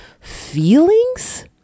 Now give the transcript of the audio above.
Feelings